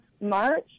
March